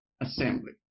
assembly